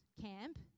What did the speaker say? camp